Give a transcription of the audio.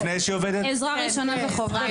עזרה ראשונה זה חובה.